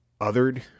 othered